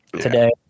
today